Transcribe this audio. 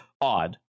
odd